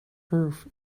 proof